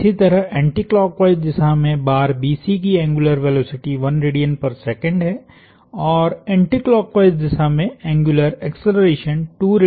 इसी तरह एंटीक्लॉकवाईस दिशा में बार BC की एंग्युलर वेलोसिटीहै और एंटीक्लॉकवाईस दिशा में एंग्युलर एक्सेलरेशनहै